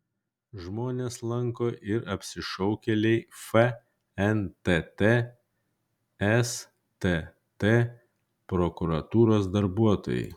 žmones lanko ir apsišaukėliai fntt stt prokuratūros darbuotojai